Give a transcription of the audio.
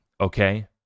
okay